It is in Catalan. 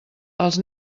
els